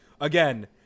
again